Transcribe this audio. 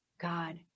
God